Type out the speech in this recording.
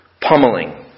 pummeling